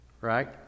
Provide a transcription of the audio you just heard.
Right